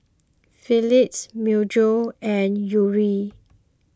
Philips Myojo and Yuri